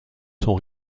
son